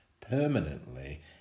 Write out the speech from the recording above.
permanently